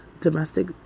Domestic